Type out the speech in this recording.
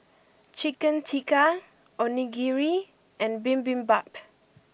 Chicken Tikka Onigiri and Bibimbap